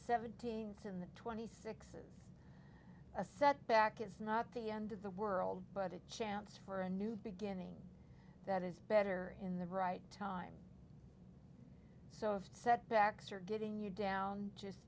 seventeenth and the twenty six a setback is not the end of the world but a chance for a new beginning that is better in the right time so if setbacks are getting you down just